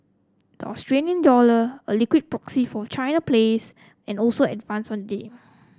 the Australia dollar a liquid proxy for China plays and also advanced on day